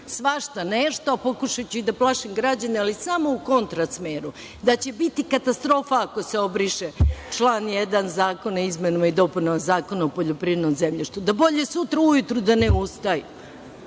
Svašta nešto, a pokušaću i da plašim građane, ali samo u kontra smeru, da će biti katastrofa ako se obriše član 1. Zakona o izmenama i dopunama Zakona o poljoprivrednom zemljištu, da bolje sutra ujutru da ne ustaju,